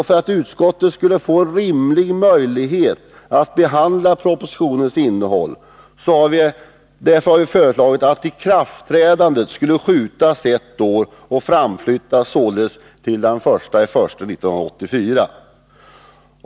För att utskottet skulle få en rimlig möjlighet att behandla propositionens innehåll har vi föreslagit att ikraftträdandet av den nya vattenlagen framflyttas till den 1 januari 1984.